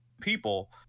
people